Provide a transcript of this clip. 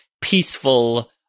peaceful